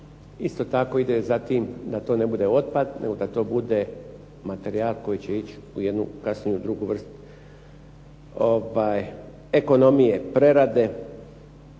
Isto tako ide zatim da to ne bude otpad, nego da to bude materijal koji će ići u jednu kasniju, drugu vrstu ekonomije prerade.